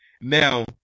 Now